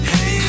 Hey